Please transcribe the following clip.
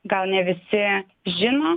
gal ne visi žino